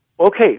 Okay